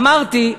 אמרתי: